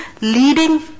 leading